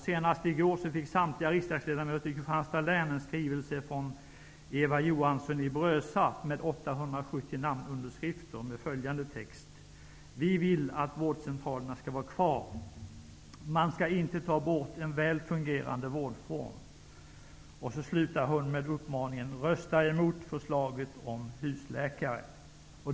Senast i går fick samtliga riksdagsledamöter i Brösarp med 870 namnunderskrifter. Hon skriver bl.a.: Vi vill att vårdcentralerna skall vara kvar. Man skall inte ta bort en väl fungerande vårdform. Hon avslutar med uppmaningen: Rösta mot förslaget om husläkare!